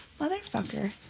Motherfucker